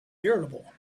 irritable